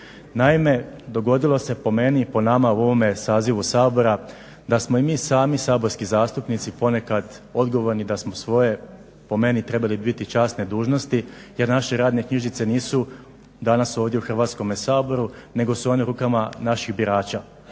Naime, dogodilo se po meni i po nama u ovome sazivu Sabora da smo i mi sami saborski zastupnici ponekad odgovorni da smo svoje po meni trebali biti časne dužnosti jer naše radne knjižice danas ovdje u Hrvatskome saboru nego su one u rukama naših birača,